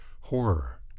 horror